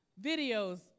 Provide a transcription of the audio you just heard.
videos